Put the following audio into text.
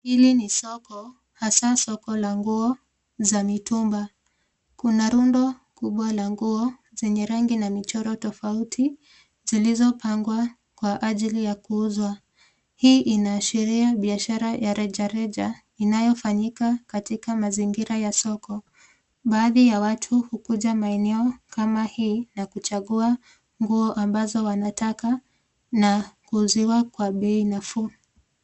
Hili ni soko hasa soko la nguo za mitumba. Kuna rundo kubwa la nguo zenye rangi na michoro tofauti zilizopangwa kwa ajili ya kuuzwa. Hii inaashiria biashara ya rejareja inayofanyika katika mazingira ya soko. Baadhi ya watu hukuja maeneo kama hii na kuchagua nguo ambazo wanataka na kuuziwa kwa bei nafuu.